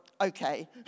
okay